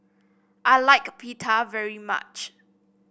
I like Pita very much